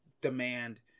demand